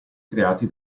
creati